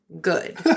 good